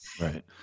Right